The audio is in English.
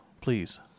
Please